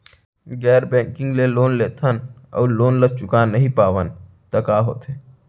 गैर बैंकिंग ले लोन लेथन अऊ लोन ल चुका नहीं पावन त का होथे?